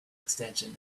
extension